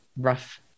rough